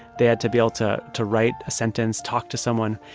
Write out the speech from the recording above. they had to be able to to write a sentence, talk to someone.